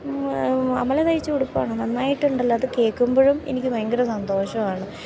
അമല തയ്ച്ച ഉടുപ്പാണോ നന്നായിട്ടുണ്ടല്ലോ അത് കേൾക്കുമ്പൊഴും എനിക്ക് ഭയങ്കര സന്തോഷമാണ്